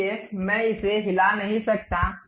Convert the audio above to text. इसलिए मैं इसे हिला नहीं सकता